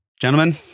gentlemen